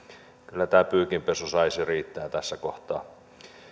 kyllä tämä pyykinpesu saisi jo riittää tässä kohtaa